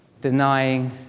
denying